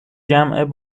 جمع